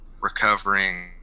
recovering